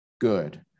good